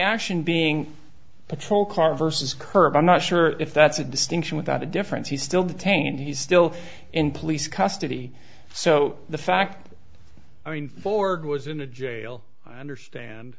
action being a patrol car versus curb i'm not sure if that's a distinction without a difference he still detained he's still in police custody so the fact i mean ford was in a jail i understand